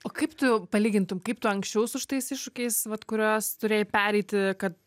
o kaip tu palygintum kaip tu anksčiau su šitais iššūkiais vat kurios turėjai pereiti kad